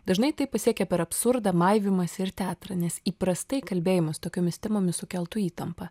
dažnai tai pasiekia per absurdą maivymąsi ir teatrą nes įprastai kalbėjimas tokiomis temomis sukeltų įtampą